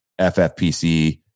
FFPC